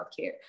healthcare